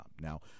Now